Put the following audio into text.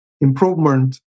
improvement